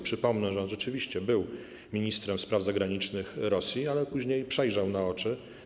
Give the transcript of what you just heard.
Przypomnę, że on rzeczywiście był ministrem spraw zagranicznych Rosji, ale później przejrzał na oczy.